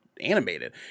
animated